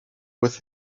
with